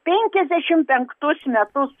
penkiasdešimt penktus metus